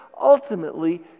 ultimately